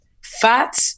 fat